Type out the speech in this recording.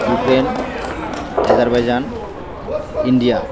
Ukraine Azerbaijan India